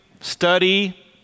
study